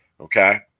okay